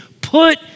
Put